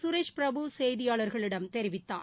சுரேஷ் பிரபு செய்தியாளர்களிடம் தெரிவித்தார்